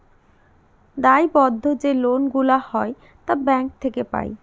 দায়বদ্ধ যে লোন গুলা হয় তা ব্যাঙ্ক থেকে পাই